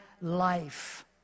life